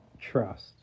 Trust